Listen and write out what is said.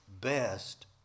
best